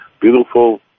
Beautiful